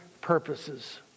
purposes